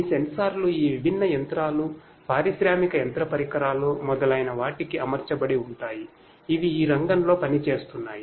ఈ సెన్సార్లు ఈ విభిన్న యంత్రాలు పారిశ్రామిక యంత్ర పరికరాలు మొదలైన వాటికి అమర్చబడి ఉంటాయి ఇవి ఈ రంగంలో పనిచేస్తున్నాయి